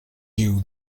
you